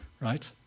right